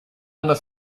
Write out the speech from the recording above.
under